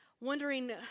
wondering